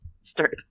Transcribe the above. start